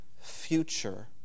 future